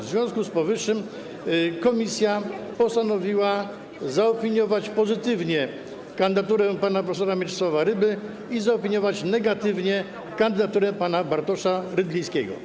W związku z powyższym komisja postanowiła zaopiniować pozytywnie kandydaturę pana prof. Mieczysława Ryby i zaopiniować negatywnie kandydaturę pana Bartosza Rydlińskiego.